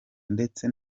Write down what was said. ndetse